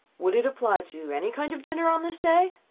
would it apply to any kind of dinner on this day?